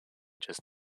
just